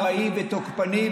פראי ותוקפני",